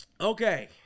Okay